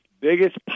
Biggest